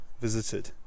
visited